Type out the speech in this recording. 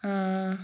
ആ